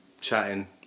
chatting